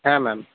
হ্যাঁ ম্যাম